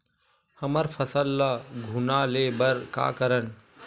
हमर फसल ल घुना ले बर का करन?